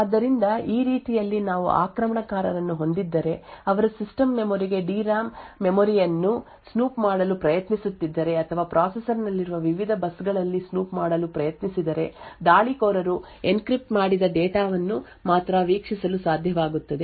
ಆದ್ದರಿಂದ ಈ ರೀತಿಯಲ್ಲಿ ನಾವು ಆಕ್ರಮಣಕಾರರನ್ನು ಹೊಂದಿದ್ದರೆ ಅವರು ಸಿಸ್ಟಮ್ ಮೆಮೊರಿಗೆ D RAM ಮೆಮೊರಿಯನ್ನು ಸ್ನೂಪ್ ಮಾಡಲು ಪ್ರಯತ್ನಿಸುತ್ತಿದ್ದರೆ ಅಥವಾ ಪ್ರೊಸೆಸರ್ನಲ್ಲಿರುವ ವಿವಿಧ ಬಸ್ಗಳಲ್ಲಿ ಸ್ನೂಪ್ ಮಾಡಲು ಪ್ರಯತ್ನಿಸಿದರೆ ದಾಳಿಕೋರರು ಎನ್ಕ್ರಿಪ್ಟ್ ಮಾಡಿದ ಡೇಟಾವನ್ನು ಮಾತ್ರ ವೀಕ್ಷಿಸಲು ಸಾಧ್ಯವಾಗುತ್ತದೆ